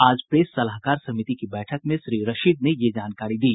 आज प्रेस सलाहकार समिति की बैठक में श्री रशीद ने ये जानकारी दी